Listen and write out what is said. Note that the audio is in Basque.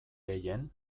gehien